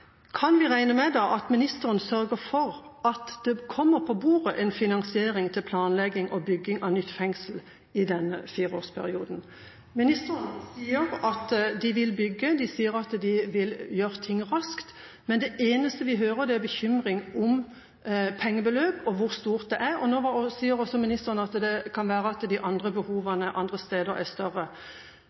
Kan vi regne med at ministeren sørger for at det kommer på bordet en finansiering av planlegging og bygging av nytt fengsel i denne fireårsperioden? Ministeren sier at de vil bygge, de sier at de vil gjøre ting raskt, men det eneste vi hører, er bekymring om pengebeløp og hvor stort det er, og nå sier også ministeren at det kan være at behovene andre steder er større.